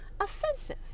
offensive